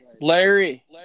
Larry